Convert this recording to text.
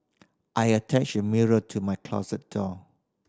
I attached mirror to my closet door